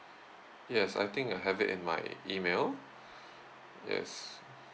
yes I think I have it in my email yes